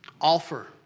Offer